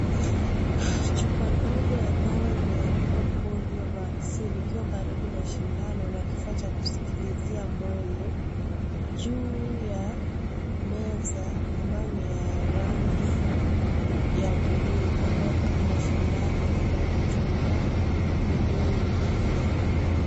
Chupa ndogo ya dawa iliyoandikwa polio vaccine ikiwa karibu na sindano na kifaa cha kusikilizia moyo, juu ya meza ambayo ni ya rangi ya buluu kando yake kuna sindano ambayo inatumiwa kudungiwa.